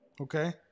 Okay